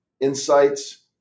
insights